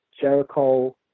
Jericho